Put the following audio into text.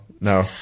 no